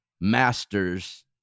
Masters